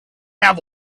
have